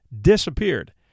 disappeared